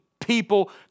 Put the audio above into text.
people